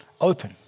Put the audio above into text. open